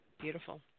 Beautiful